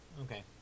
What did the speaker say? Okay